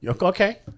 okay